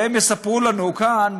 והם יספרו לנו כאן,